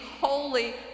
holy